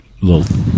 little